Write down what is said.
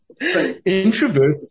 Introverts